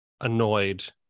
annoyed